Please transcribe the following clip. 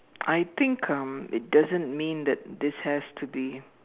I think um it doesn't mean that this has to be